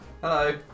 Hello